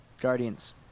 Guardians